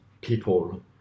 people